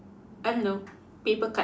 I don't know paper cut